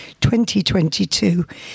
2022